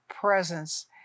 presence